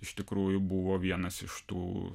iš tikrųjų buvo vienas iš tų